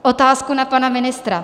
Otázku na pana ministra.